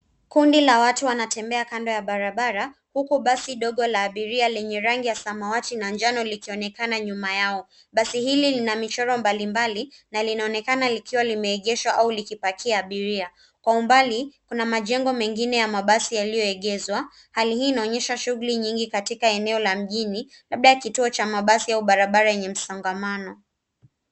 Kundi la watuwanatembea kando ya barabara huku basi dogo la abiria lenye rangi ya samawati na njano likionekana nyuma yao. Basi hili lina michoro mbalimbali na linaonekana likiwa limeegeshwa au likipakia abiria. Kwa umbali, kuna majengo mengine ya mabasi yaliyoegezwa hali hii inaonyesha shughuli nyingi katika eneo la mjini labda kituo cha mabasi au barabara yenye msongamano.